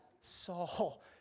Saul